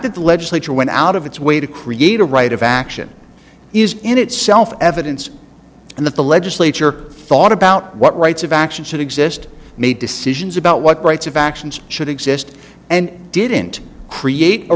that the legislature went out of its way to create a right of action is in itself evidence and that the legislature thought about what rights of action should exist made decisions about what rights of actions should exist and didn't create a